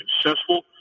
successful